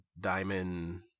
diamond